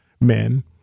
men